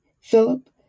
Philip